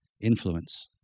Influence